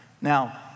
Now